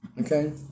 Okay